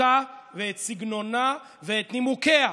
אותה ואת סגנונה ואת נימוקיה,